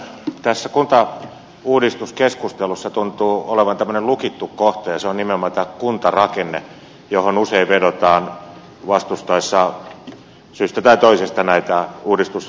tässä kuntauudistuskeskustelussa tuntuu olevan tämmöinen lukittu kohta ja se on nimenomaan tämä kuntarakenne johon usein vedotaan vastustettaessa syystä tai toisesta näitä uudistusasioita